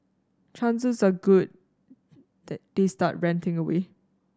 chances are good they start ranting away